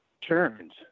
turns